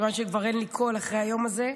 כיוון שכבר אין לי קול אחרי היום הזה,